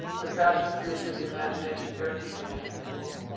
with passion, creativity, imagination, guaranteed you will change the world.